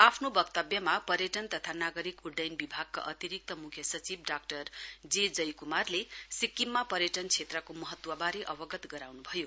आफ्नो वक्तव्यमा पर्यटन तथा नागरिक उड्डयन विभागका अतिरिक्त मृख्य सचिव डाजे जयक्मारले सिक्किममा पर्यटन क्षेत्रको महत्वबारे अवगत गराउन्भयो